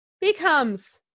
becomes